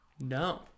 No